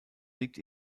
liegt